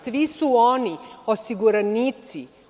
Svi su oni osiguranici.